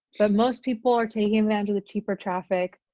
but most people are taking advantage of the cheaper traffic.